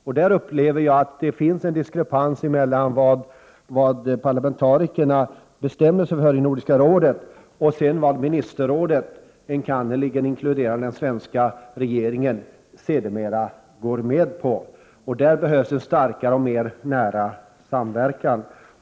Därvidlag upplever jag att det finns en diskrepans mellan vad parlamentarikerna bestämmer sig för i Nordiska rådet och vad ministerrådet, enkannerligen inkluderande den svenska regeringen, sedermera går med på. Här behövs en starkare och mera nära samverkan.